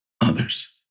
others